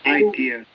idea